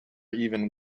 even